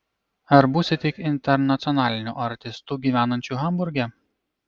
ar būsi tik internacionaliniu artistu gyvenančiu hamburge